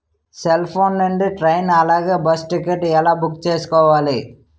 Cell phone నుండి train అలాగే bus ticket ఎలా బుక్ చేసుకోవాలి?